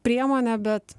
priemonė bet